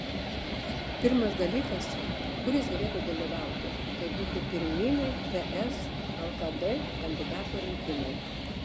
pirmas dalykas kur jis galėtų dalyvauti tai būtų pirminiai ts lkd kandidato rinkimai